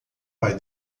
pai